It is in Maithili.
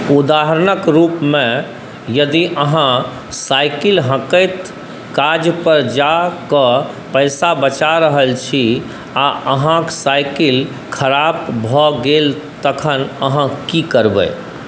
उदाहरणक रूपमे यदि अहाँ साइकिल हँकैत काज पर जा कऽ पैसा बचा रहल छी आ अहाँके साइकिल खराब भऽ गेल तखन अहाँ की करबै